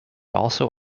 also